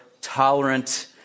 tolerant